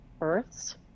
Births